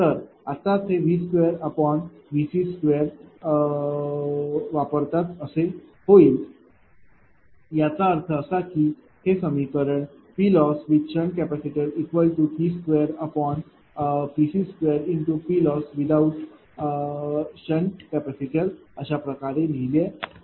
तर आत्ताच हे V2Vc2वापरता च असे होईल होईल त्याचा अर्थ असा की हे समीकरण PLosswith SCV2Vc2×PLosswithout SCअशाप्रकारे लिहिले जाऊ शकते